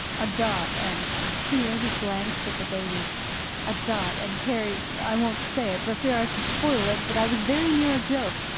a dot and here he glanced at the baby a dot and carry i won't say it, for fear i should spoil it but i was very near a joke.